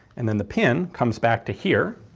and then the pin comes back to here,